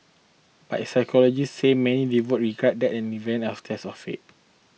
but sociologists say many devotees regard that in event as a test of faith